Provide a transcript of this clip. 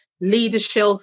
leadership